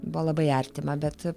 buvo labai artima bet